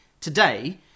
today